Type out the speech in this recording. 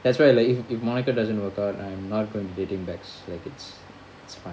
that's why if like if monica doesn't work out I'm not gonna be dating like it's fine